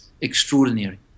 extraordinary